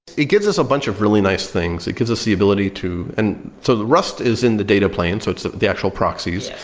it gives us a bunch of really nice things. it gives us the ability to and so the rust is in the data plane, so it's the actual proxies.